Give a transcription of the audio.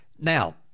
now